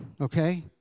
okay